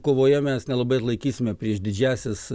kovoje mes nelabai ir laikysime prieš didžiąsias